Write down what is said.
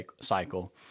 cycle